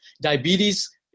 Diabetes